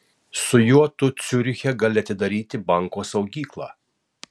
su juo tu ciuriche gali atidaryti banko saugyklą